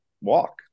walk